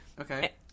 okay